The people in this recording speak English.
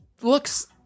Looks